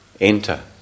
enter